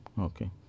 okay